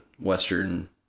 Western